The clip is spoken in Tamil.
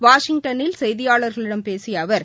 வாஷிங்டனில் செய்தியாளர்களிடம் பேசியஅவர்